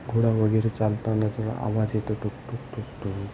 घोडा वगैरे चालतानाचा आवाज येतो टुकटुक टुकटूक